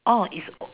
orh it's o~